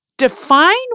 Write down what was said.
Define